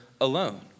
alone